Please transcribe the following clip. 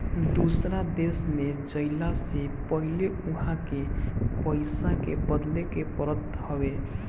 दूसरा देश में जइला से पहिले उहा के पईसा के बदले के पड़त हवे